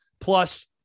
plus